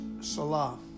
Salah